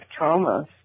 traumas